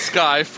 Sky